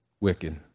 wicked